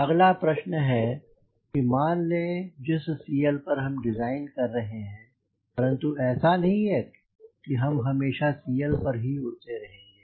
अगला प्रश्न है कि मान लें कि जिस CL पर हम डिज़ाइन कर रहे हैं परंतु ऐसा नहीं है कि हम हमेशा CLपर ही उड़ते रहेंगे